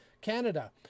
Canada